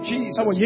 Jesus